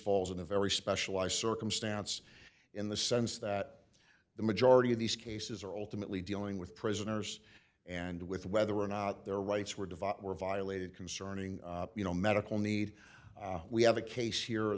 falls in a very specialized circumstance in the sense that the majority of these cases are alternately dealing with prisoners and with whether or not their rights were devised were violated concerning you know medical need we have a case here